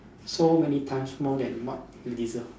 so many times more than what you deserve